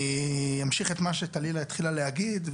אני אמשיך את מה שטלילה התחילה להגיד.